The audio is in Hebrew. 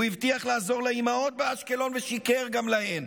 הוא הבטיח לעזור לאימהות באשקלון, ושיקר גם להן,